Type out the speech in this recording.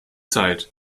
zeit